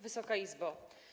Wysoka Izbo!